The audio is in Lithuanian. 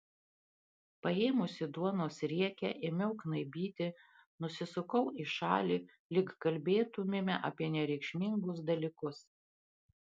paėmusi duonos riekę ėmiau knaibyti nusisukau į šalį lyg kalbėtumėme apie nereikšmingus dalykus